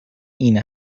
این